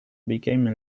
became